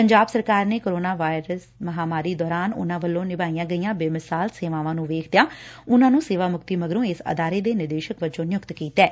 ਪੰਜਾਬ ਸਰਕਾਰ ਨੇ corona virus ਮਹਾਂਮਾਰੀ ਦੌਰਾਨ ਉਨਾਂ ਵੱਲੋਂ ਨਿਭਾਈਆਂ ਗਈਆਂ ਬੇਮਿਸਾਲ ਸੇਵਾਵਾਂ ਨੂੰ ਵੇਖਦਿਆਂ ਉਨੂਾ ਨੂੰ ਸੇਵਾ ਮੁਕਤੀ ਮਗਰੋਂ ਇਸ ਅਦਾਰੇ ਦੇ ਨਿਦੇਸ਼ਕ ਵਜੋਂ ਨਿਯੁਕਤ ਕੀਤਾ ਏ